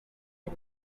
and